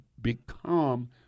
become